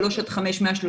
שלוש עד חמש 137,